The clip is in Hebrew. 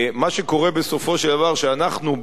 מה שקורה בסופו של דבר שאנחנו,